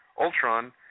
Ultron